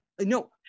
no